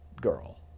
girl